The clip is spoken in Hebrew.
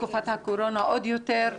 בתקופת הקורונה עוד יותר.